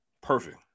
Perfect